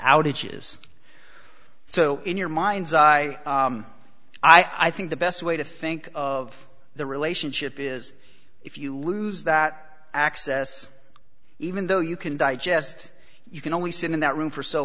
outages so in your mind's eye i think the best way to think of the relationship is if you lose that access even though you can digest you can only sit in that room for so